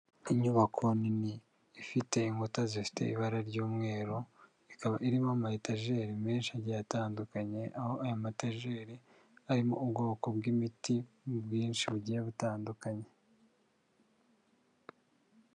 Inyubako nini ifite inkuta zifite ibara ry'umweru, ikaba irimo amayetajeri menshi agiye atandukanye, aho aya mayetajeri arimo ubwoko bw'imiti bwinshi bugiye butandukanye.